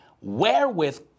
wherewith